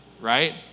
Right